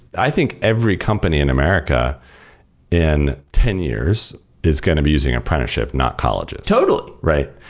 i think every company in america in ten years is going to be using apprenticeship, not colleges totally right?